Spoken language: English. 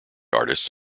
artists